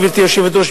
גברתי היושבת-ראש,